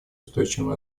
устойчивому